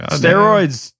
steroids